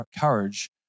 courage